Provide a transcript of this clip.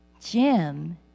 Jim